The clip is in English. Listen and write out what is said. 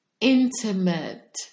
intimate